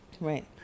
right